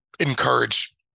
encourage